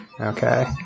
Okay